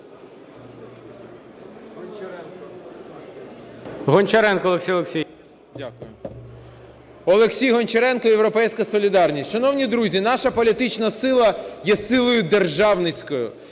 Олексій Гончаренко, "Європейська солідарність". Шановні друзі, наша політична сила є силою державницькою.